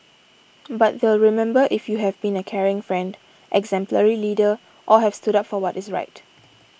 but they'll remember if you have been a caring friend exemplary leader or have stood up for what is right